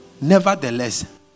Nevertheless